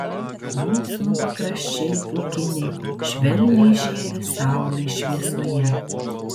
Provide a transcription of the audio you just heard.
plunksnų pakraščiai pūkiniai švelniai žėri saulės šviesoje